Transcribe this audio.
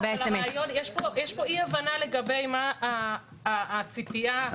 יש כאן אי הבנה לגבי הציפייה.